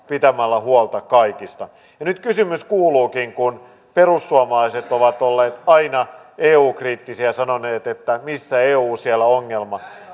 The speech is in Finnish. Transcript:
pitämällä huolta kaikista nyt kysymys kuuluukin kun perussuomalaiset ovat olleet aina eu kriittisiä ja sanoneet että missä eu siellä ongelma